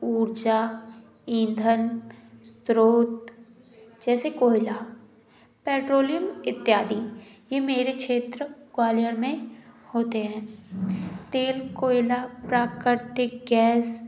ऊर्जा ईंधन स्रोत जैसे कोयला पेट्रोलियम इत्यादि ये मेरे क्षेत्र ग्वालियर में होते हैं तेल कोयला प्राकृतिक गैस